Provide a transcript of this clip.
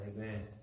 Amen